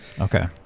Okay